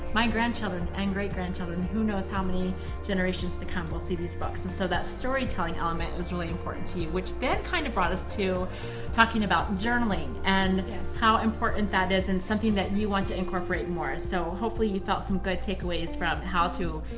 my grandchildren and great grandchildren, who knows how many generations to come, will see these books. and so that storytelling element was really important to you, which then kind of brought us to talking about journaling and how important that is and something that and you want to incorporate more, so hopefully you felt some good takeaways from how to